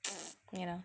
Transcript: yeah lah